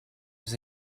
was